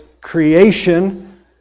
creation